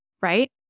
right